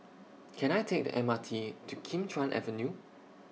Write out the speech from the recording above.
Can I Take The M R T to Kim Chuan Avenue